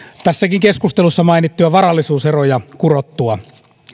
tässäkin keskustelussa mainittuja varallisuuseroja kurottua